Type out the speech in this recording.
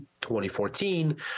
2014